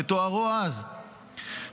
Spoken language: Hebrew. כתוארו אז,